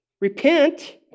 repent